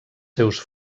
seus